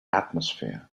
atmosphere